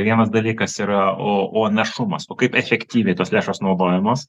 vienas dalykas yra o o našumas o kaip efektyviai tos lėšos naudojamos